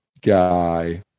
guy